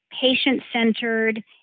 patient-centered